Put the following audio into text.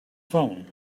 phone